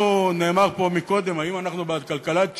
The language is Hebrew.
נאמר פה קודם, האם אנחנו בעד כלכלת שוק.